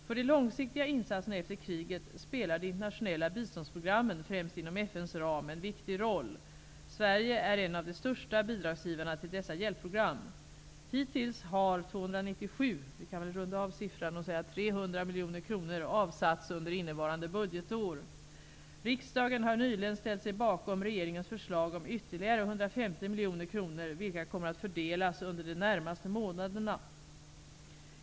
För de långsiktiga insatserna efter kriget spelar de internationella biståndsprogrammen, främst inom FN:s ram, en viktig roll. Sverige är en av de största bidragsgivarna till dessa hjälpprogram. Hittills har ca 300 miljoner kronor avsatts under innevarande budgetår. Riksdagen har nyligen ställt sig bakom regeringens förslag om ytterligare 150 miljoner kronor, vilka kommer att fördelas under de närmaste månaderna.